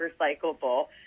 recyclable